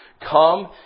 come